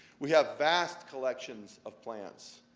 we have vast collections of plants,